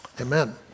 Amen